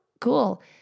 cool